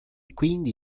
quindi